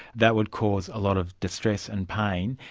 that would cause a lot of distress and pain,